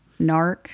NARC